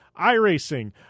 iRacing